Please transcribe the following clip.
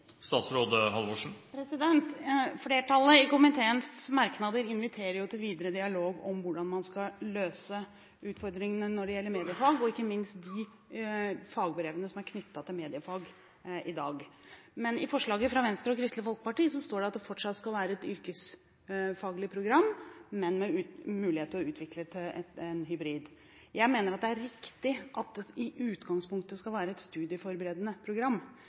flertallet i komiteen inviterer jo til videre dialog om hvordan man skal løse utfordringene med hensyn til mediefag – ikke minst de fagbrevene som er knyttet til mediefag i dag. I forslaget fra Venstre og Kristelig Folkeparti står det at det fortsatt skal være et yrkesfaglig program, men at det skal være mulighet til å utvide til en hybrid. Jeg mener det er riktig at det i utgangspunktet skal være et studieforberedende program.